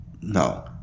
no